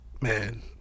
man